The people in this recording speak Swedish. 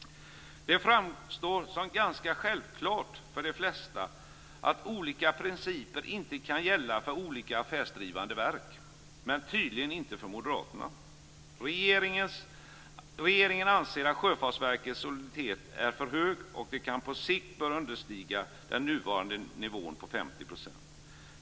Det framstår som ganska självklart för de flesta att olika principer inte kan gälla för olika affärsdrivande verk, men tydligen inte för moderaterna. Regeringen anser att Sjöfartsverkets soliditet är för hög och att den på sikt bör understiga den nuvarande nivån 50 %.